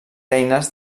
eines